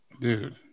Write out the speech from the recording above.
Dude